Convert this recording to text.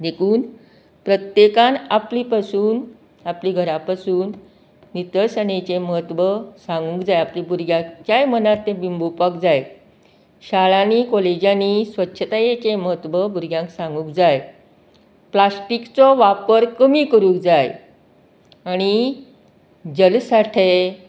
देखीन प्रत्येकान आपली पासून आपली घरा पासून नितळसाणेचें महत्व सांगूंक जाय आपली भुरग्यांच्याय मनात तें बिंबोवपाक जाय शाळांनीं काॅलेजांनी स्वच्छतायेचें म्हत्व भुरग्यांक सांगूंक जाय प्लास्टिकचो वापर कमी करूंक जाय आनी जन साठे